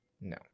No